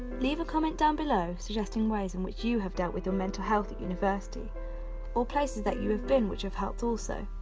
leave a comment down below suggesting ways in which you have dealt with your mental health at university or places that you have been which have helped also,